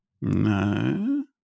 No